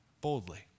boldly